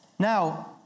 Now